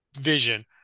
vision